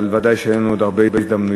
אבל ודאי שיהיו לנו עוד הרבה הזדמנויות.